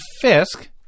Fisk